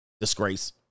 Disgrace